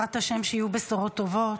בעזרת השם שיהיו בשורות טובות.